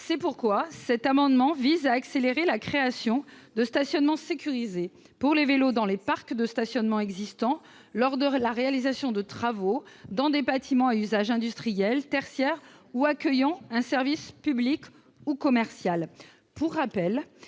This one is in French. en ville. Cet amendement vise donc à accélérer la création de places de stationnement sécurisées pour les vélos dans les parcs de stationnement existants lors de la réalisation de travaux dans des bâtiments à usage industriel ou tertiaire ou accueillant un service public ou commercial.